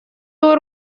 w’u